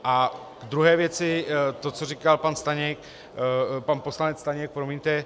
A v druhé věci to, co říkal pan Staněk, pan poslanec Staněk, promiňte.